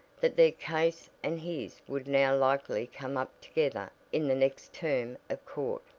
that their case and his would now likely come up together in the next term of court.